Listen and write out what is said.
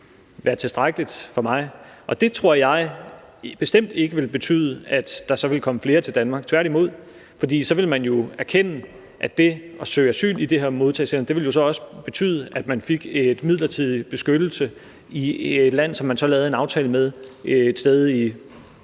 være tilstrækkeligt for mig. Og det tror jeg bestemt ikke ville betyde, at der så ville komme flere til Danmark, tværtimod, for så ville man jo erkende, at det at søge asyl i det her modtagecenter også ville betyde, at man fik midlertidig beskyttelse i et land, der så var lavet en aftale med et sted –